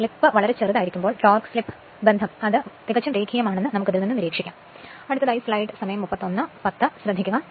slip വളരെ ചെറുതായിരിക്കുമ്പോൾ torque slip ബന്ധം തികച്ചും രേഖീയമാണെന്നും നിരീക്ഷിക്കാവുന്നതാണ്